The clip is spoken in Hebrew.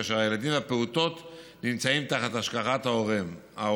כאשר הילדים והפעוטות נמצאים תחת השגחת ההורים.